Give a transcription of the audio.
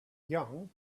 young